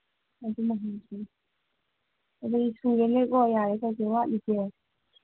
ꯑꯗꯨꯃ ꯍꯪꯁꯤ ꯑꯗꯩ ꯁꯨꯔꯦꯅꯦꯀꯣ ꯌꯥꯔꯦ ꯀꯩꯀꯩ ꯋꯥꯠꯂꯤꯒꯦ